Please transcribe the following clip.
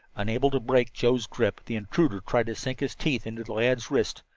unable to break joe's grip, the intruder tried to sink his teeth into the lad's wrist.